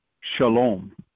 Shalom